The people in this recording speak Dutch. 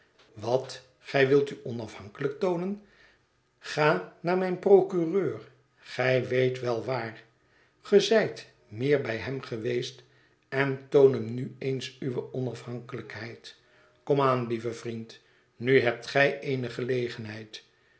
wat gij wilt u onafhankelijk toonen ga naar mijn procureur gij weet wel waar ge zijt meer bij hem geweest en toon hem nu eens uwe onafhankelijkheid kom aan lieve vriend nu hebt gij eene gelegenheid